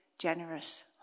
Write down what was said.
generous